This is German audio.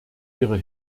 ihre